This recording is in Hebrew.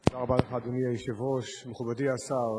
תודה רבה לך, אדוני היושב-ראש, מכובדי השר,